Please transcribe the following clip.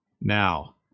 Now